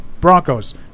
Broncos